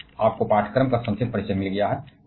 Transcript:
आज आपको पाठ्यक्रम का संक्षिप्त परिचय मिल गया है